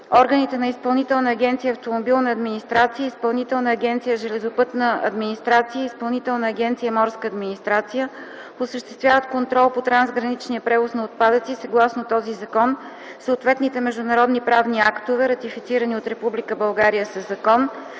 Органите на Изпълнителна агенция „Автомобилна администрация”, Изпълнителна агенция „Железопътна администрация” и Изпълнителна агенция „Морска администрация” осъществяват контрол по трансграничния превоз на отпадъци съгласно този закон, съответните международни правни актове, ратифицирани от Република България със закон,